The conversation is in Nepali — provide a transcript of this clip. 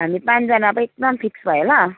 हामी पाँचजनाको एकदम फिक्स भयो ल